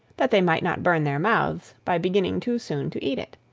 that they might not burn their mouths by beginning too soon to eat it.